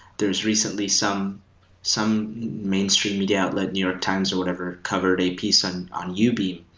there's recently some some mainstream media outlet, new york times, or whatever covered a piece on on ubeam,